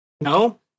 No